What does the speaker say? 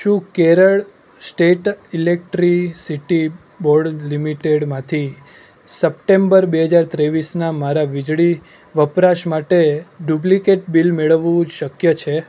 શું Kerala state electricity board લિમિટેડમાંથી September બે હજાર ત્રેવીસના મારા વીજળી વપરાશ માટે ડુપ્લિકેટ બિલ મેળવવું શક્ય છે